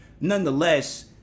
Nonetheless